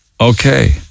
Okay